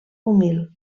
humil